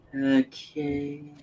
Okay